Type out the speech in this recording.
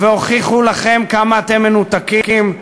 והוכיחו לכם כמה אתם מנותקים,